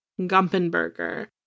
Gumpenberger